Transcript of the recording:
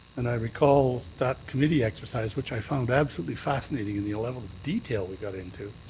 and i recall that committee exercise, which i found absolutely fascinating in the level of detail we got into,